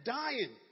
dying